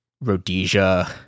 rhodesia